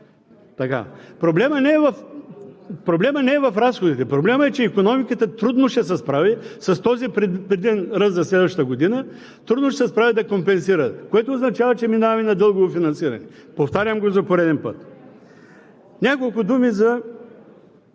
Проблемът не е в разходите. Проблемът е, че икономиката трудно ще се справи с този предубеден ръст за следващата година, трудно ще се справи да компенсира, което означава, че минаваме на дълго финансиране. Повтарям го за пореден път. Няколко думи за